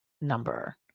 number